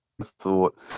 thought